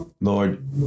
Lord